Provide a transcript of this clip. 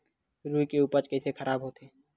रुई के उपज कइसे खराब होथे?